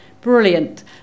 Brilliant